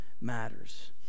matters